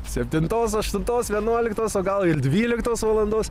septintos aštuntos vienuoliktos o gal ir dvyliktos valandos